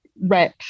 rep